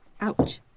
Ouch